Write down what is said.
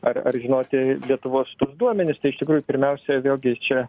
ar ar žinoti lietuvos tuos duomenis tai iš tikrųjų pirmiausia vėlgi čia